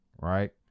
right